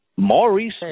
Maurice